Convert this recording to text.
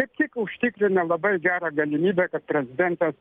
kaip tik užtikrina labai gerą galimybę kad prezidentas